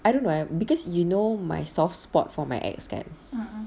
I don't know eh because you know my soft spot for my ex kan